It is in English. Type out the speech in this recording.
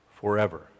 forever